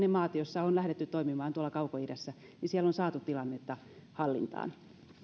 niissä maissa joissa on lähdetty toimimaan tuolla kaukoidässä on saatu tilannetta hallintaan